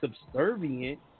Subservient